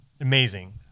amazing